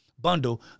bundle